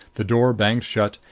the door banged shut,